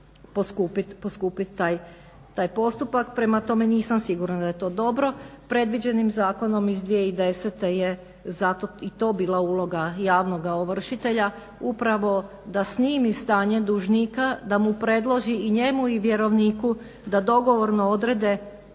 poskupiti taj postupak. Prema tome nisam sigurna da je to dobro. Predviđenim zakonom iz 2010.je zato i to bila uloga javnoga ovršitelja upravo da snimi stanje dužnika da mu predloži i njemu i vjerovniku da dogovorno odrede